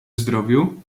zdrowiu